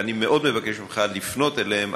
ואני מאוד מבקש ממך לפנות אליהם,